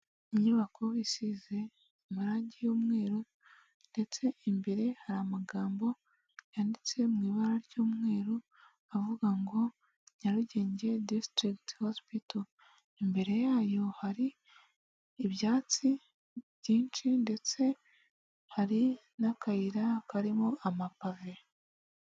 Inyubako isize amarangi y'umweru ndetse imbere hari amagambo yanditse mu ibara ry'umweru avuga ngo Nyarugenge district hospital . Imbere yayo hari ibyatsi byinshi ndetse hari n'akayira karimo amapave.